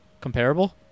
Comparable